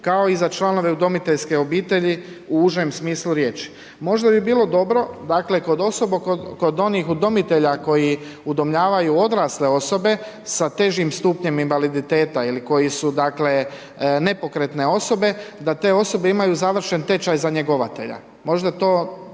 kao i za članove udomiteljske obitelji u užem smislu riječi. Možda bi bilo dobro, dakle, kod osoba, kod onih udomitelja, koji udomljavaju odrasle osobe, sa težim stupnjem invaliditeta ili koji su dakle, nepokretne osobe, da te osobe imaju završen tečaj za njegovatelja. Možda to